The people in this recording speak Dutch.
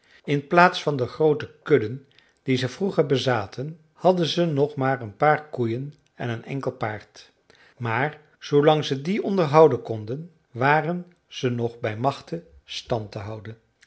in plaats van de groote kudden die ze vroeger bezaten hadden ze nog maar een paar koeien en een enkel paard maar zoolang ze die onderhouden konden waren ze nog bij machte stand te houden